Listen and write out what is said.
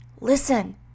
Listen